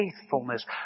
faithfulness